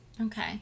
Okay